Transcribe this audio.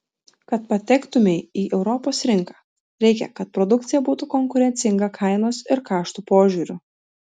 kad patektumei į europos rinką reikia kad produkcija būtų konkurencinga kainos ir kaštų požiūriu